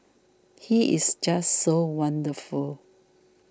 he is just so wonderful